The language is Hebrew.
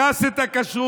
הרס את הכשרות,